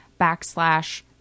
backslash